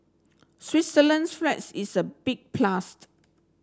Switzerland's is a big